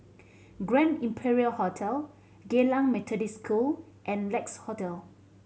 Grand Imperial Hotel Geylang Methodist School and Lex Hotel